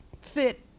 fit